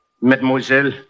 Mademoiselle